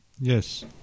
yes